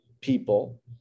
people